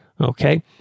Okay